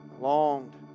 longed